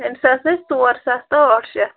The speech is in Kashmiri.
أمِس حظ ٲسۍ ژور ساس تہٕ ٲٹھ شتھ